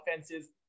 offenses